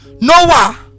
Noah